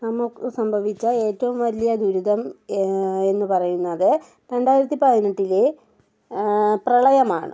നമുക്ക് സംഭവിച്ച ഏറ്റവും വലിയ ദുരിതം എന്നു പറയുന്നത് രണ്ടായിരത്തി പതിനെട്ടിലെ പ്രളയമാണ്